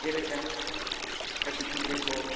ᱡᱮᱞᱮᱠᱟ ᱠᱟᱹᱴᱤᱡ ᱜᱤᱫᱽᱨᱟᱹ ᱠᱚ